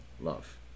love